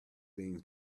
things